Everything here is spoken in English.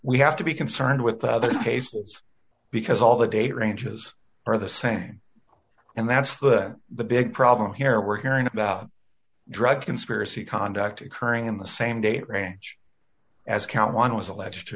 we have to be concerned with the cases because all the date ranges are the same and that's the the big problem here we're hearing about drug conspiracy conduct occurring in the same date range as count one was